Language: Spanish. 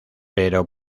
pero